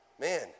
Man